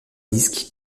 disques